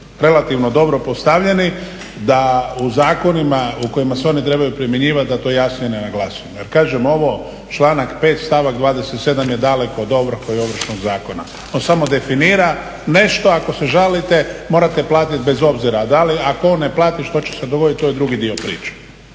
relativno dobro postavljeni da u zakonima u kojima se oni trebaju primjenjivati da to jasnije naglasimo. Jer kažem, ovo, članak 5., stavak 27. je daleko od ovrhe i ovršnog zakona, on samo definira nešto ako se žalite morate platiti bez obzira da li, ako to ne platiš, što će se dogoditi, to je drugi dio priče.